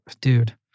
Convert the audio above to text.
Dude